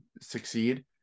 succeed